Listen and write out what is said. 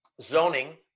zoning